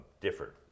different